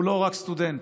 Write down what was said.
הוא לא רק סטודנט.